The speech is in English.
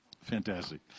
fantastic